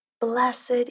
Blessed